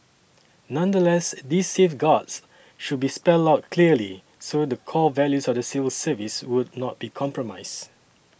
nonetheless these safeguards should be spelled out clearly so the core values of the civil service would not be compromised